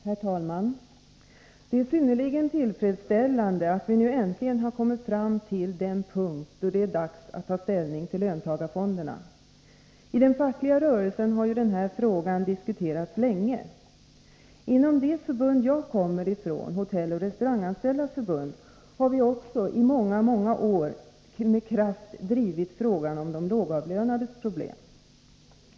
Herr talman! Det är synnerligen tillfredsställande att vi nu äntligen har kommit fram till den punkt då det är dags att ta ställning till löntagarfonderna. I den fackliga rörelsen har den här frågan diskuterats länge. Inom det förbund jag kommer ifrån — Hotelloch restauranganställdas förbund — har vi också i många år med kraft drivit frågan om de lågavlönades problem.